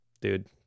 dude